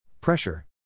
Pressure